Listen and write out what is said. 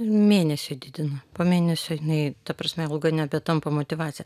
mėnesiui didina po mėnesio nei ta prasme alga nebetampa motyvacija